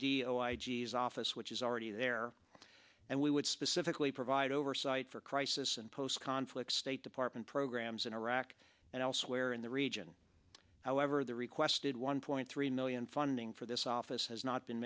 s office which is already there and we would specifically provide oversight for crisis and post conflict state department programs in iraq and elsewhere in the region however the requested one point three million funding for this office has not been